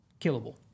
killable